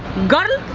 girl.